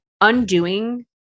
undoing